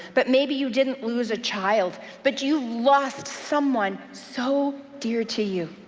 but maybe you didn't lose a child, but you lost someone so dear to you,